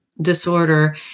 disorder